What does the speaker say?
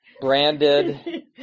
branded